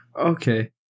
Okay